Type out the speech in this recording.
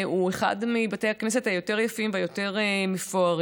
הוא אחד מבתי הכנסת היותר-יפים והיותר-מפוארים.